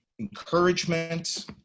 encouragement